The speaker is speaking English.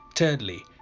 Thirdly